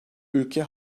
ülke